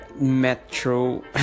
metro